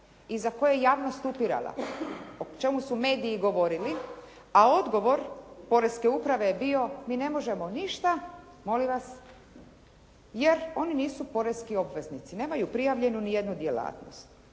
i za koje je javnost upirala o čemu su mediji govorili, a odgovor poreske uprave je bio mi ne možemo ništa molim vas, jer oni nisu poreski obveznici, nemaju prijavljenu ni jednu djelatnost.